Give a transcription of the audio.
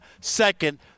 second